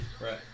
Right